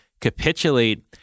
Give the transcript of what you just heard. capitulate